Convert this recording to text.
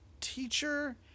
teacher